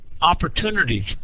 opportunities